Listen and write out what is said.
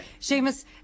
Seamus